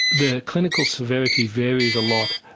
the clinical severity varies a lot,